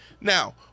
Now